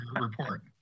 report